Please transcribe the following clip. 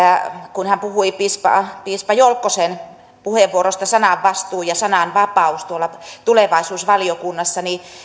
kun hän puhui piispa jolkkosen puheenvuorosta sananvastuu ja sananvapaus tulevaisuusvaliokunnassa niin